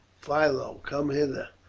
philo, come hither!